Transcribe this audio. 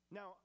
Now